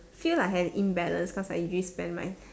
feel like I have imbalance cause I usually spend my